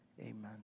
amen